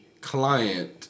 client